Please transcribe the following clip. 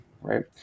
right